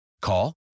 Call